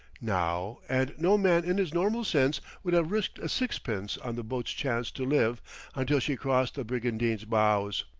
now, and no man in his normal sense would have risked a sixpence on the boat's chance to live until she crossed the brigantine's bows.